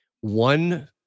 one